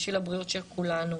בשביל הבריאות של כולנו.